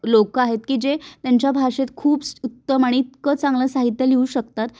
लोक आहेत की जे त्यांच्या भाषेत खूप स् उत्तम आणि इतकं चांगलं साहित्य लिहू शकतात